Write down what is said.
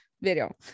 video